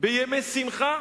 בימי שמחה